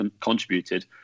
contributed